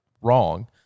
wrong